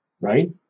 right